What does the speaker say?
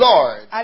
Lord